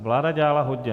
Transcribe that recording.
Vláda dělala hodně.